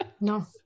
No